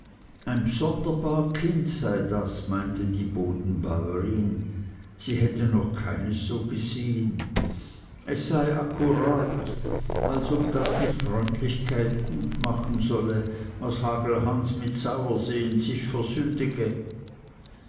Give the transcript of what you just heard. ein bsonderbar kind sei das meinte die bodenbäuerin sie hätte noch keins so gesehen es sei akkurat als ob das mit freundlichkeit gut machen solle was hagelhans mit sauersehen sich versündige